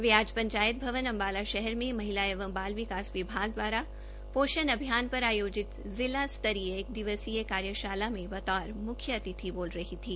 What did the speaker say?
वे आज पंचायत भवन अम्बाला शहर में महिला एवं बाल विकास विभाग द्वारा पोष्ण अभियान पर आयोजित जिला स्तरीय एक दिवसीय कार्यशाला में बतौर मुख्य अतिथि बोल रही थी